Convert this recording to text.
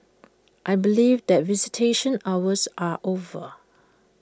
I believe that visitation hours are over